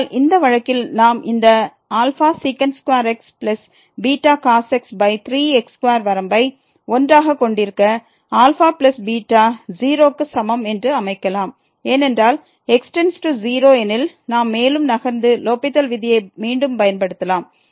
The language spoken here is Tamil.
ஆனால் இந்த வழக்கில் நாம் இந்த x βcos x 3x2 வரம்பை 1 ஆகக் கொண்டிருக்க αβ 0 க்கு சமம் என்று அமைக்கலாம் ஏனென்றால் x→0 எனில் நாம் மேலும் நகர்ந்து லோப்பித்தல் விதியை மீண்டும் பயன்படுத்தலாம்